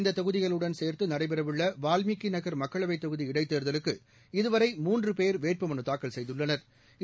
இந்த தொகுதிகளுடன் சோ்த்து நடைபெறவுள்ள வால்மீகிநகள் மக்களவைத் தொகுதி இடைத்தோதலுக்கு இதுவரை மூன்று போ வேட்புமனு தாக்கல் செய்துள்ளனா்